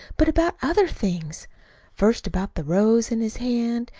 but about other things first about the rose in his hand.